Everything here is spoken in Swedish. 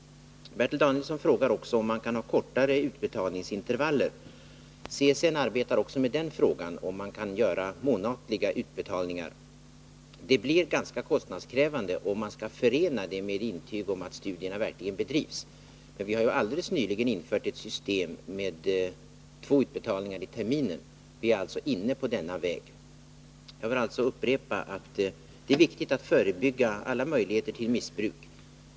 Bertil Danielsson frågar om man kan ha kortare utbetalningsintervaller. CSN arbetar också med frågan om man kan göra månatliga utbetalningar. Det blir ganska kostnadskrävande, om man skall förena det med intyg om att studierna verkligen bedrivs. Vi har ju nyligen infört ett system med två utbetalningar i terminen. Vi är alltså inne på denna väg. Jag vill upprepa att det är viktigt att förebygga allt missbruk.